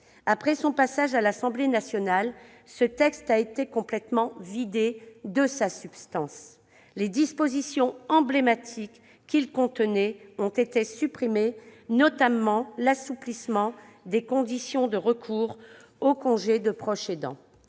Après son passage à l'Assemblée nationale, ce texte a été complètement vidé de sa substance. Les dispositions emblématiques qu'il contenait ont été supprimées, notamment l'assouplissement des conditions de recours au congé de proche aidant,